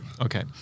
Okay